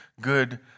good